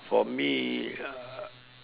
for me uh